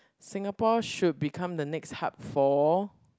Singapore should become the next hub for